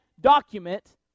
document